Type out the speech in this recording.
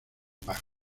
paja